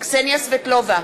קסניה סבטלובה,